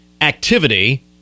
activity